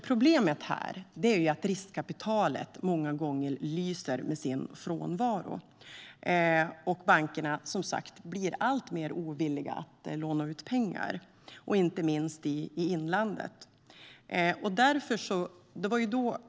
Problemet här är att riskkapitalet många gånger lyser med sin frånvaro. Och bankerna blir som sagt allt mer ovilliga att låna ut pengar, inte minst i inlandet.